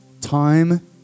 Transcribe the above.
time